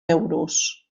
euros